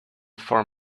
for